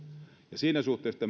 siinä suhteessa